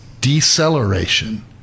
deceleration